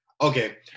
okay